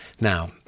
Now